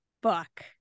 book